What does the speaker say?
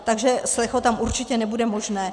Takže slecho tam určitě nebude možné.